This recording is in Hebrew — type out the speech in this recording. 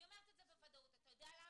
אני אומרת את זה בוודאות, אתה יודע למה?